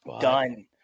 Done